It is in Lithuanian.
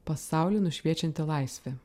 pasaulį nušviečianti laisvė